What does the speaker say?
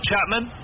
Chapman